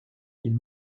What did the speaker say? ils